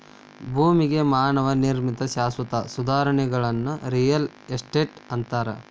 ಭೂಮಿಗೆ ಮಾನವ ನಿರ್ಮಿತ ಶಾಶ್ವತ ಸುಧಾರಣೆಗಳನ್ನ ರಿಯಲ್ ಎಸ್ಟೇಟ್ ಅಂತಾರ